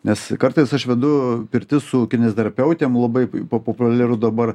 nes kartais aš vedu pirtis su kineziterapiautėm labai populiaru dabar